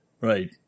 Right